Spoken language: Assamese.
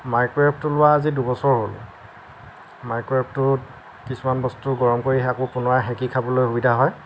মাইক্ৰ'ৱেভটো লোৱা আজি দুবছৰ হ'ল মাইক্ৰৱেভটোত কিছুমান বস্তু গৰম কৰি আকৌ পুনৰাই সেকি খাবলৈ সুবিধা হয়